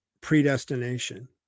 predestination